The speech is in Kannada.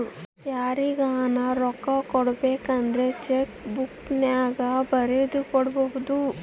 ಯಾರಿಗನ ರೊಕ್ಕ ಕೊಡಬೇಕಂದ್ರ ಚೆಕ್ಕು ಬುಕ್ಕಿನ್ಯಾಗ ಬರೆದು ಕೊಡಬೊದು